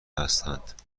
هستند